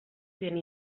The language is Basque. zien